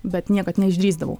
bet niekad neišdrįsdavau